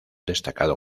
destacado